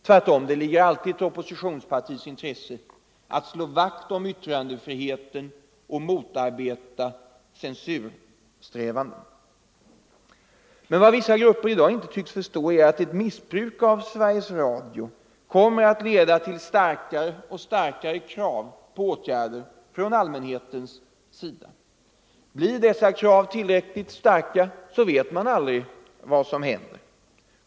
Tvärtom, det ligger alltid i ett oppositionspartis intresse att slå vakt om yttrandefriheten och motarbeta censursträvanden. Men vad vissa grupper inte tycks förstå är att ett missbruk av Sveriges Radio kommer att leda till starkare och starkare krav på åtgärder. Blir dessa krav tillräckligt starka, vet man aldrig vad som händer.